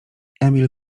emil